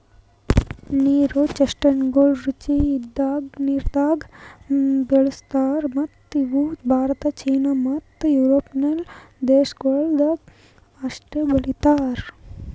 ನೀರು ಚೆಸ್ಟ್ನಟಗೊಳ್ ರುಚಿ ನೀರದಾಗ್ ಬೆಳುಸ್ತಾರ್ ಮತ್ತ ಇವು ಭಾರತ, ಚೀನಾ ಮತ್ತ್ ಯುರೋಪಿಯನ್ ದೇಶಗೊಳ್ದಾಗ್ ಅಷ್ಟೆ ಬೆಳೀತಾರ್